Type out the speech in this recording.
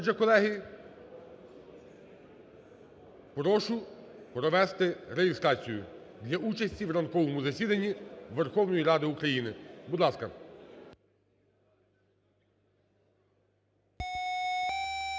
Отже, колеги, прошу провести реєстрацію для участі в ранковому засіданні Верховної Ради України. Будь ласка.